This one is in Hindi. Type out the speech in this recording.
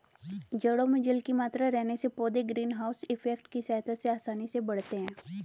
जड़ों में जल की मात्रा रहने से पौधे ग्रीन हाउस इफेक्ट की सहायता से आसानी से बढ़ते हैं